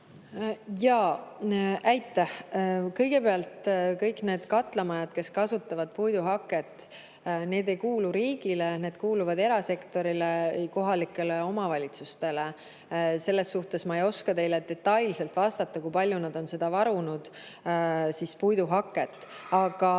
palun! Aitäh! Kõigepealt: kõik need katlamajad, mis kasutavad puiduhaket, ei kuulu riigile. Need kuuluvad erasektorile või kohalikele omavalitsustele. Selles mõttes ma ei oska teile detailselt vastata, kui palju nad on puiduhaket